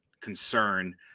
concern –